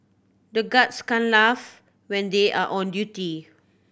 the guards can't laugh when they are on duty